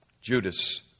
Judas